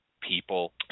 people